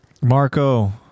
Marco